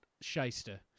shyster